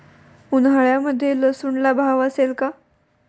उन्हाळ्यामध्ये लसूणला भाव असेल का?